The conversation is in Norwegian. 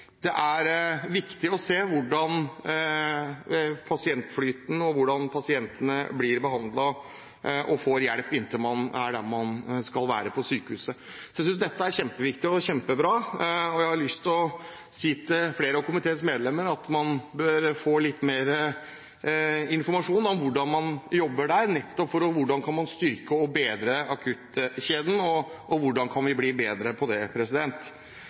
det er viktig å se på pasientflyten og hvordan pasientene blir behandlet og får hjelp, inntil man er der man skal være på sykehuset. Jeg synes dette er kjempeviktig og kjempebra, og jeg har lyst til å si til flere av komiteens medlemmer at man bør få litt mer informasjon om hvordan man jobber der, om hvordan man kan styrke og bedre akuttkjeden, og om hvordan vi kan bli bedre på det.